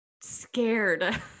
scared